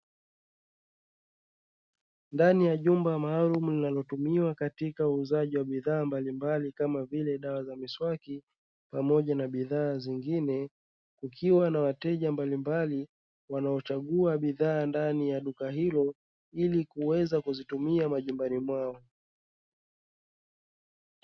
Ndani ya jumba maalumu linalotumiwa katika uuzaji wa bidhaa mbalimbali kama vile dawa za miswaki pamoja na bidhaa zingine, likiwa na wateja mbalimbali wanaochagua bidhaa ndani ya duka hilo ili kuweza kuzitumia majumbani mwao.